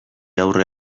aurre